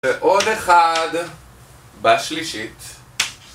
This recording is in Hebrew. ועוד אחד בשלישית